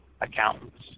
accountants